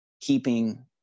keeping